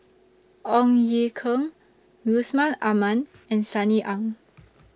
Ong Ye Kung Yusman Aman and Sunny Ang